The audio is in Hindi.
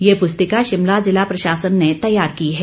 ये पुस्तिका शिमला जिला प्रशासन ने तैयार की है